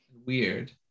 weird